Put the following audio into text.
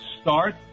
Start